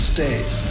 States